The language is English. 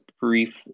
brief